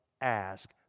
ask